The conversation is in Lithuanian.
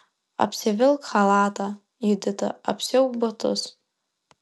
apsivilk chalatą judita apsiauk batus